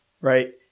right